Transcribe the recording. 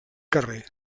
carrer